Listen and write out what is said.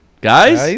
Guys